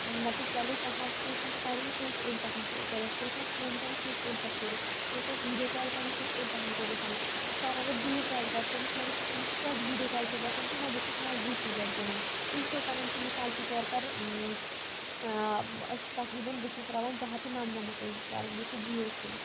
مطلب چلو کانٛہہ آسہِ کٲنسہِ آسہِ پرُن سُہ ہیٚکہِ اَمہِ پٮ۪ٹھ پٔرِتھ کٲنسہِ آسہِ فون کرُن سُہ ہیٚکہِ اَمہِ پٮ۪ٹھ کٔرِتھ کٲنسہِ آسہِ ویٖڈیو کال کرٕنۍ سُہ ہیٚکہِ اَمہِ پٮ۪ٹھ کٔرِتھ اِنسان اگر دوٗر تہِ آسہِ گرِکٮ۪ن نِش مگر سُہ تٔمِس چھِ توتہِ ویٖڈیو کال چھُ باسان کہِ نہ بہٕ چھُس نزدیٖکھٕے گرِکٮ۪ن تہٕ یِتھَے کٔنۍ چھُ مثال کے طور پر آ أسۍ چھِ تقریباً بہٕ چھُس ترٛاوان زٕ ہتھ تہٕ نمنمتھ وول رِچارٕج بیٚیہِ چھُ جِیو سِم